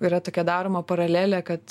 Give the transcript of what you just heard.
yra tokia daroma paralelė kad